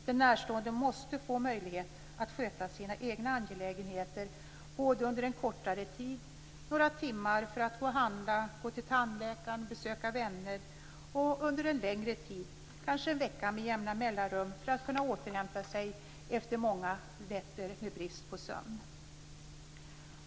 De närstående måste få möjlighet att sköta sina egna angelägenheter både under en kortare tid - några timmar för att gå och handla, gå till tandläkaren eller besöka vänner - och under en längre tid - kanske en vecka med jämna mellanrum för att kunna återhämta sig efter många nätter med brist på sömn.